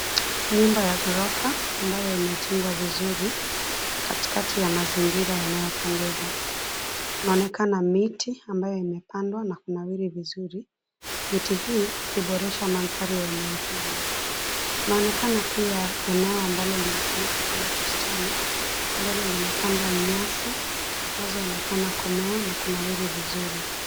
Nyumba ya ghorofa, ambayo imejengwa vizuri, katikati ya mazingira yanayopendeza, kunaonekana miti ambayo imepandwa na kunawiri vizuri, miti hii, ikiboresha mandhari ya eneo hili, kunaonekana pia, eneo ambalo linatumika kama bustani, ambalo limepandwa nyasi, zinazoonekana kumea na kunawiri vizuri.